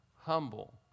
humble